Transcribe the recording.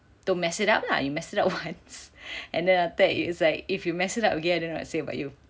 don't mess it up lah you mess it up once and then after that is like if you mess it up again I don't know what to say about you